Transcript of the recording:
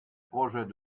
projets